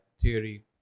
theory